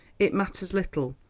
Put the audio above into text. it matters little,